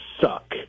suck